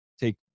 take